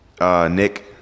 Nick